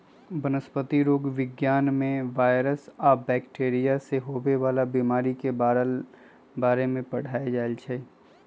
वनस्पतिरोग विज्ञान में वायरस आ बैकटीरिया से होवे वाला बीमारी के बारे में पढ़ाएल जाई छई